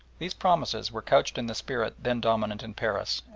these promises were couched in the spirit then dominant in paris,